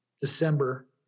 December